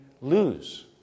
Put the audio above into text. lose